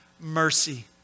mercy